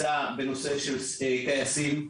בנושא של כייסים.